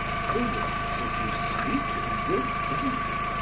fools if you speak in good faith,